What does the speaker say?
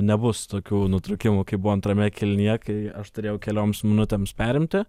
nebus tokių nutrūkimų kaip buvo antrame kėlinyje kai aš turėjau kelioms minutėms perimti